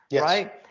Right